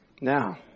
Now